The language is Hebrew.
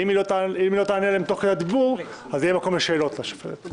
אם היא לא תענה עליהן תוך כדי הדיבור יהיה מקום לשאלות לשופטת.